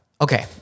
Okay